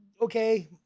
okay